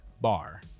bar